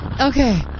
Okay